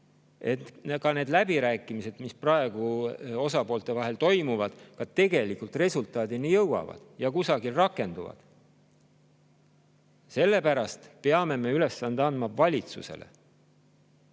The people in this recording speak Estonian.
et need läbirääkimised, mis praegu osapoolte vahel toimuvad, ka tegelikult resultaadini jõuavad ja kusagil rakenduvad. Selle pärast me peame andma ülesande valitsusele,